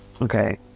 Okay